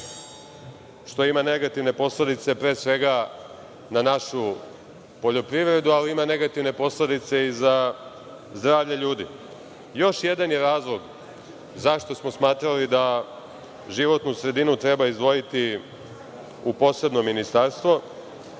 što ima negativne posledice na našu poljoprivredu, ali ima negativne posledice i za zdravlje ljudi. Još jedan je razlog zašto smo smatrali da životnu sredinu treba izdvojiti u posebno ministarstvo,